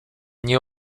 nie